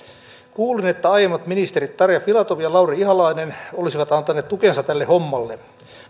kuulin että aiemmat ministerit tarja filatov ja lauri ihalainen olisivat antaneet tukensa tälle hommalle